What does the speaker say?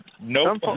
No